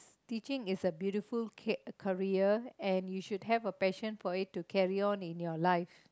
teaching is a beautiful ca~ career and you should have a passion for it to carry on in your life